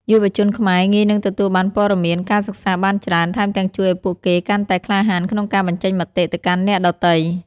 យុវជនខ្មែរងាយនឹងទទួលបានព័ត៌មាន ការសិក្សាបានច្រើន ថែមទាំងជួយឲ្យពួកគេកាន់តែក្លាហានក្នុងការបញ្ចេញមតិទៅកាន់អ្នកដទៃ។